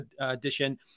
edition